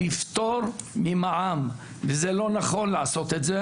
לפטור ממע"מ וזה לא נכון לעשות את זה,